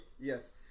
yes